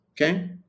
okay